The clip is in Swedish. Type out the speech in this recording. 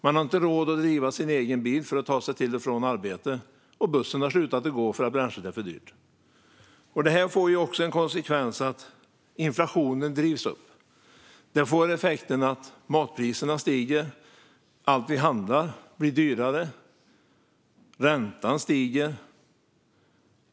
De har inte råd med bränsle till sin egen bil för att ta sig till och från arbetet, och bussen har slutat gå för att bränslet är för dyrt. Effekten av detta blir att inflationen drivs upp, att matpriserna stiger - allt vi handlar blir dyrare - och att räntan stiger.